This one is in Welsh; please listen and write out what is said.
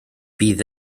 bydd